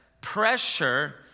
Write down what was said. pressure